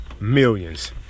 millions